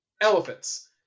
elephants